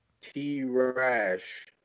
T-Rash